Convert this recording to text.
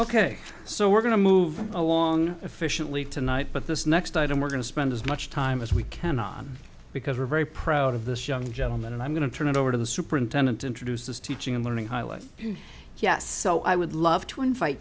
ok so we're going to move moving along efficiently tonight but this next item we're going to spend as much time as we can on because we're very proud of this young gentleman and i'm going to turn it over to the superintendent to introduce the teaching and learning highlights yes so i would love to invite